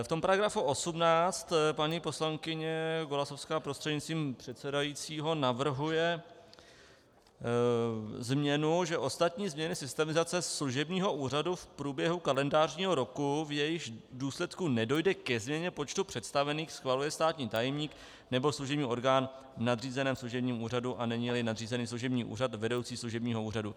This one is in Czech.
V § 18 paní poslankyně Golasowská prostřednictvím předsedajícího navrhuje změnu, že ostatní změny systemizace služebního úřadu v průběhu kalendářního roku, v jejichž důsledku nedojde ke změně počtu představených, schvaluje státní tajemník nebo služební orgán v nadřízeném služebním úřadu, a neníli nadřízený služební úřad, vedoucí služebního úřadu.